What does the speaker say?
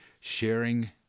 Sharing